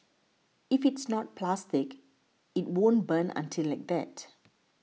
if it's not plastic it won't burn until like that